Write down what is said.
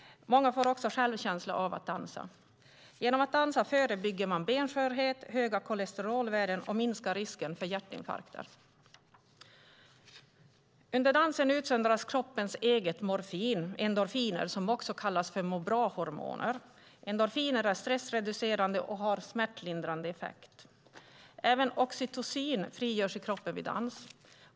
Många får också självkänsla av att dansa. Genom att dansa förebygger man benskörhet och höga kolesterolvärden och minskar risken för hjärtinfarkter. Under dansen utsöndras kroppens eget morfin, endorfiner, som också kallas för "må-bra-hormoner". Endorfiner är stressreducerande och har smärtlindrande effekt. Även oxytocin frigörs i kroppen vid dans.